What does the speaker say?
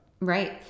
right